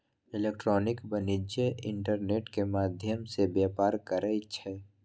electronic वाणिज्य internet के माध्यम से व्यापार करइ छै